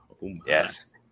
Yes